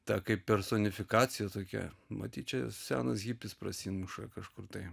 ta kaip personifikacija tokia matyt čia senas hipis prasimuša kažkur tai